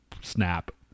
snap